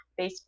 Facebook